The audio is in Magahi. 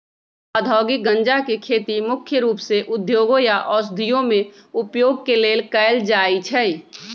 औद्योगिक गञ्जा के खेती मुख्य रूप से उद्योगों या औषधियों में उपयोग के लेल कएल जाइ छइ